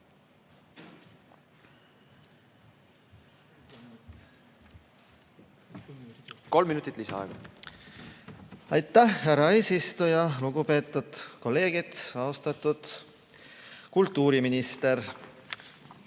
Kolm minutit lisaaega. Aitäh, härra eesistuja! Lugupeetud kolleegid! Austatud kultuuriminister!